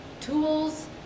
tools